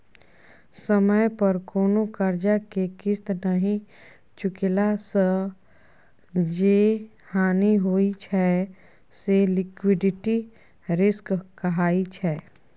समय पर कोनो करजा केँ किस्त नहि चुकेला सँ जे हानि होइ छै से लिक्विडिटी रिस्क कहाइ छै